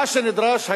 מה שנדרש היום,